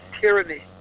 Tyranny